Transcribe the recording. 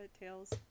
Tails